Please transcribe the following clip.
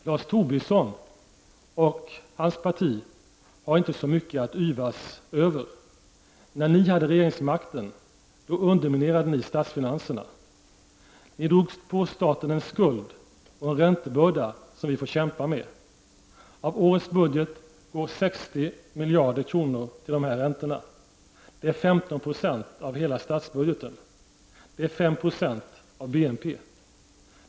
Lars Tobisson och hans parti har inte så mycket att yvas över. När ni hade regeringsmakten underminerade ni statsfinanserna. Ni drog på staten en skuld och en räntebörda som vi får kämpa med. Av årets budget går 60 miljarder kronor till dessa räntor. Det är 15 96 av hela statsbudgeten, och det är 590 av BNP.